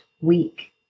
week